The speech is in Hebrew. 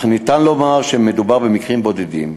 אפשר לומר שמדובר במקרים בודדים.